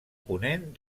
ponent